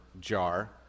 jar